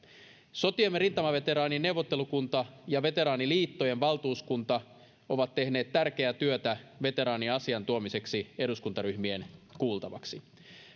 sotiemme rintamaveteraanien neuvottelukunta ja veteraaniliittojen valtuuskunta ovat tehneet tärkeää työtä veteraanien asian tuomiseksi eduskuntaryhmien kuultavaksi